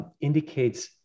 indicates